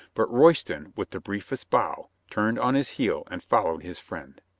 but royston, with the briefest bow, turned on his heel and followed his friend.